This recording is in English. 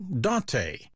Dante